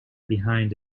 behind